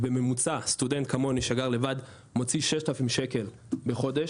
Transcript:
בממוצע סטודנט כמוני שגר לבד מוציא 6,000 שקלים בחודש,